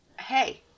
hey